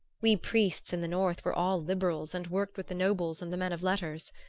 we priests in the north were all liberals and worked with the nobles and the men of letters.